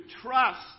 trust